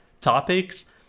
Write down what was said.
topics